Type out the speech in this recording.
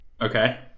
Okay